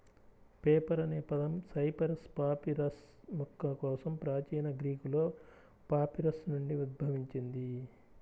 paper అనే పదం Cyperus papyrus మొక్క కోసం ప్రాచీన గ్రీకులో పాపిరస్ నుండి ఉద్భవించింది